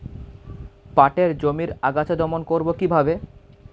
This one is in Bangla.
পাটের জমির আগাছা দমন করবো কিভাবে?